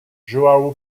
joão